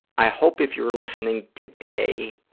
i hope if you're listening today,